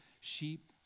sheep